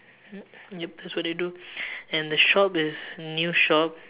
mm yup that's what they do and the shop is new shop